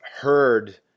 heard